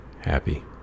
happy